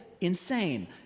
insane